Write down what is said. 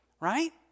right